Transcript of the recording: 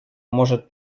может